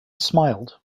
smiled